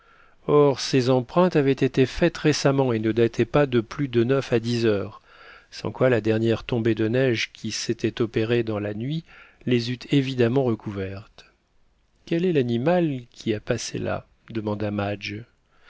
or ces empreintes avaient été faites récemment et ne dataient pas de plus de neuf à dix heures sans quoi la dernière tombée de neige qui s'était opérée dans la nuit les eût évidemment recouvertes quel est l'animal qui a passé là demanda madge